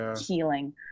healing